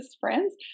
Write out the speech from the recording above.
friends